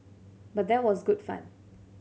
but that was good fun